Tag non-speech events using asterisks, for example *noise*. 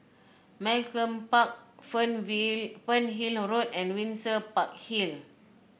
Malcolm Park *unintelligible* Fernhill Road and Windsor Park Hill